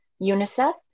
UNICEF